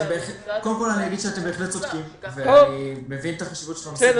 אולי צריך לכתוב מכתב למשרד האוצר --- קודם כל אגיד שאתם באמת צודקים.